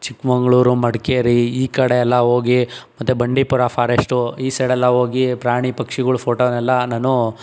ಚಿಕ್ಕಮಗಳೂರು ಮಡಿಕೇರಿ ಈ ಕಡೆ ಎಲ್ಲ ಹೋಗಿ ಮತ್ತೆ ಬಂಡೀಪುರ ಫಾರೆಷ್ಟು ಈ ಸೈಡೆಲ್ಲ ಹೋಗಿ ಪ್ರಾಣಿ ಪಕ್ಷಿಗಳು ಫೋಟೋನೆಲ್ಲ ನಾನು